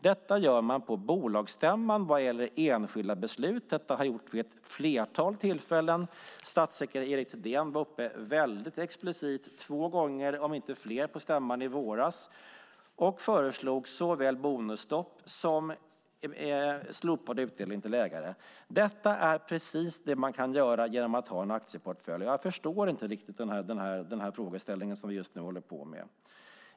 Detta gör man på bolagsstämman vad gäller enskilda beslut. Detta har gjorts vid ett flertal tillfällen. Statssekreterare Erik Thedéen var uppe explicit två gånger, om inte fler, på stämman i våras och föreslog såväl bonusstopp som slopad utdelning till ägare. Detta är precis det man kan göra genom att ha en aktieportfölj. Jag förstår inte riktigt den frågeställning som vi just nu håller på med.